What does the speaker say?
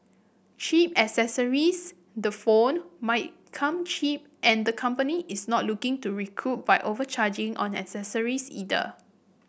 cheap accessories the phone might come cheap and the company is not looking to recoup by overcharging on accessories either